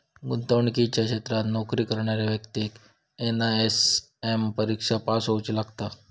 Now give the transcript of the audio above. गुंतवणुकीच्या क्षेत्रात नोकरी करणाऱ्या व्यक्तिक एन.आय.एस.एम परिक्षा पास होउची लागता